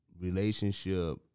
relationship